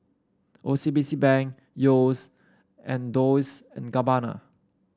O C B C Bank Yeo's and Dolce and Gabbana